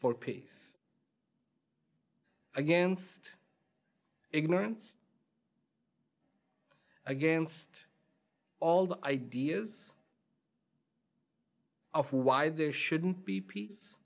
for peace against ignorance against all the ideas of why there shouldn't be peace